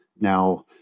now